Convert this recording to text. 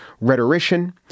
rhetorician